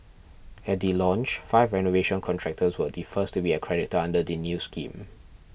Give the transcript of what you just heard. at the launch five renovation contractors were the first to be accredited under the new scheme